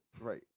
Right